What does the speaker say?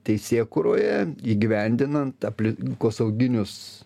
teisėkūroje įgyvendinant aplinkosauginius